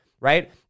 right